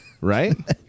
Right